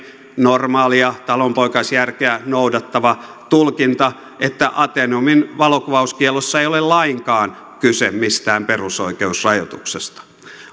normaalia talonpoikaisjärkeä noudattava tulkinta että ateneumin valokuvauskiellossa ei ole lainkaan kyse mistään perusoikeusrajoituksesta vaan